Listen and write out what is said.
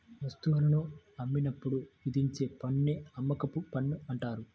వస్తువులను అమ్మినప్పుడు విధించే పన్నుని అమ్మకపు పన్ను అంటారు